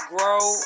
Grow